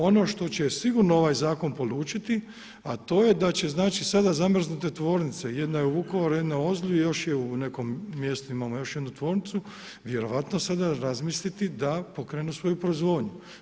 Ono što će sigurno ovaj zakon polučiti a to je da će znači sada zamrznute tvornice, jedna je u Vukovaru, jedna u Ozlju i još je u nekom mjestu, imamo još jednu tvornicu vjerojatno sada razmisliti da pokrenu svoju proizvodnju.